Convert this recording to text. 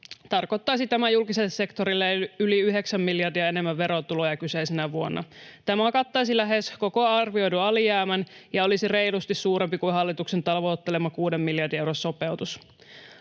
tarkoittaisi tämä julkiselle sektorille yli yhdeksän miljardia enemmän verotuloja kyseisenä vuonna. Tämä kattaisi lähes koko arvioidun alijäämän ja olisi reilusti suurempi kuin hallituksen tavoittelema kuuden miljardin euron sopeutus.